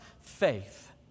faith